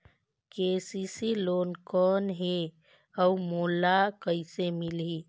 KCC loan कौन हे अउ मोला कइसे मिलही?